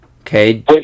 Okay